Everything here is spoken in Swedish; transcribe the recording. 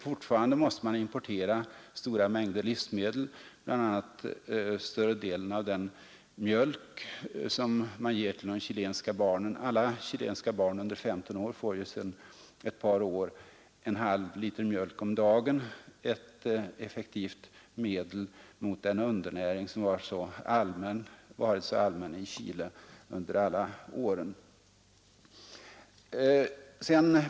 Fortfarande måste man som sagt importera stora mängder livsmedel, bl.a. större delen av den mjölk som man ger till de chilenska barnen. Alla chilenska barn under 15 år fi effektivt medel att förebygga den undernäring som varit så allmän i Chile sedan ett par år en halv liter mjölk om dagen, ett under alla år.